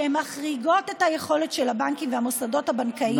שהן מחריגות את היכולת של הבנקים והמוסדות הבנקאיים,